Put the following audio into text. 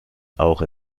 auch